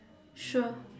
sure